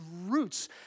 roots